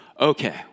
Okay